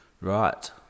Right